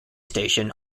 station